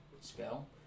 spell